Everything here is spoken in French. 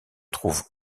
trouvent